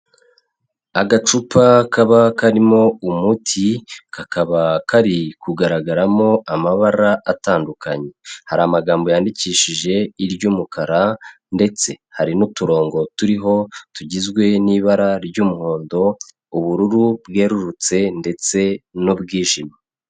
Agacupa kaba karimo umuti kakaba kari kugaragaramo amabara atandukanye, hari amagambo yandikishije iry'umukara ndetse hari n'uturongo turiho tugizwe n'ibara ry'umuhondo, ubururu bwererutse ndetse n'ubwijimye.